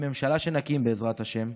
בממשלה שנקים, בעזרת השם,